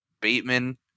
Bateman